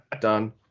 Done